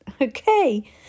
Okay